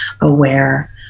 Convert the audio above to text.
aware